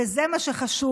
וזה מה שחשוב,